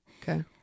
Okay